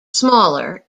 smaller